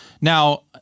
Now